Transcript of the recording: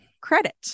credit